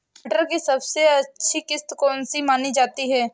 मटर की सबसे अच्छी किश्त कौन सी मानी जाती है?